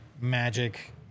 magic